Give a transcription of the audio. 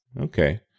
Okay